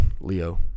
Leo